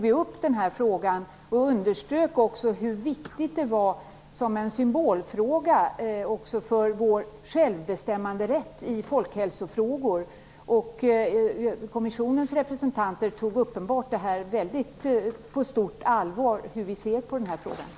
Herr talman! Jag har ingen fråga utan mer en sakupplysning. När socialutskottets representanter var nere i Bryssel i förra veckan tog vi upp den här frågan. Vi underströk också hur viktig den var som en symbolfråga när det gäller vår självbestämmanderätt i folkhälsofrågor. Kommissionens representanter tog uppenbart vår syn på den här frågan på stort allvar.